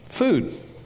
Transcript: Food